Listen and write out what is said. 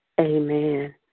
Amen